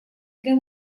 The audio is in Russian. для